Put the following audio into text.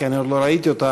כי אני עוד לא ראיתי אותה.